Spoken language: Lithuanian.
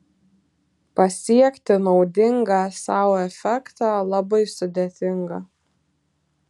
pasiekti naudingą sau efektą labai sudėtinga